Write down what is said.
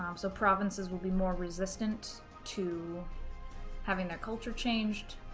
um so provinces will be more resistant to having their culture changed,